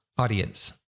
audience